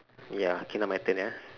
ya K now my turn ah